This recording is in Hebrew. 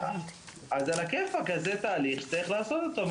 אז זה תהליך שצריך לעשות אותו.